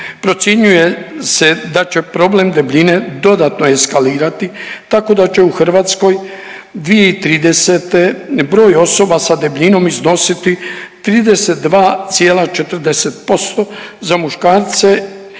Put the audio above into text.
Procjenjuje se da će problem debljine dodatno eskalirati tako da će u Hrvatskoj 2030. broj osoba sa debljinom iznositi 32,40% za muškarce,